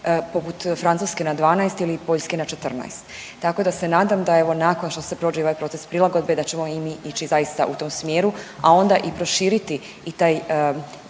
poput Francuske na 12 ili Poljske na 14. Tako da se nadam da evo nakon što se prođe i ovaj proces prilagodbe da ćemo i mi ići zaista u tom smjeru, a onda i proširiti i taj,